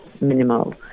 minimal